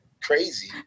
crazy